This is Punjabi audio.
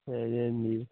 ਹਾਂਜੀ ਹਾਂਜੀ